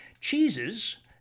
cheeses